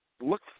look